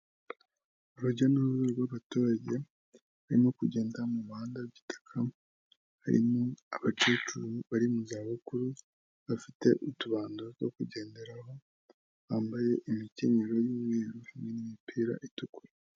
Urujya n'uruza rw'abaturage, barimo kugenda mu muhanda w'igitaka, barimo abakecuru bari mu zabukuru, bafite utubando two kugenderaho, bambaye imikenyero y'umweru hamwe n'imipira itukura.